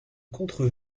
contre